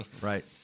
Right